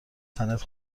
تنت